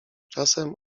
czasem